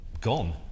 gone